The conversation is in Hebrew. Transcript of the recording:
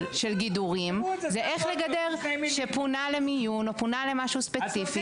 של גידורים איך לגדר מישהו שפונה למיון או למשהו ספציפי.